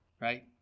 right